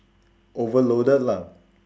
overloaded lah